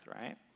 Right